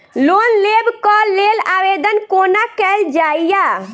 Loan लेबऽ कऽ लेल आवेदन कोना कैल जाइया?